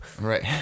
Right